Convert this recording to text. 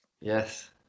yes